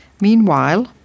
Meanwhile